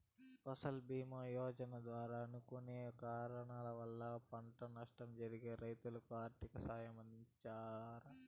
ఫసల్ భీమ యోజన ద్వారా అనుకోని కారణాల వల్ల పంట నష్టం జరిగిన రైతులకు ఆర్థిక సాయం అందిస్తారు